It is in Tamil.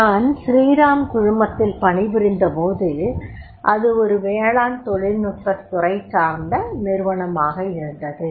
நான் ஸ்ரீராம் குழுமத்தில் பணிபுரிந்தபோது அது ஒரு வேளாண் தொழில்நுட்பத் துறை சார்ந்த நிறுவனமாக இருந்தது